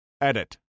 Edit